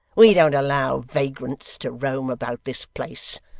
we don't allow vagrants to roam about this place.